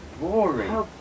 boring